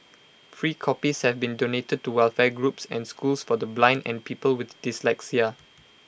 free copies have been donated to welfare groups and schools for the blind and people with dyslexia